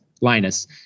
Linus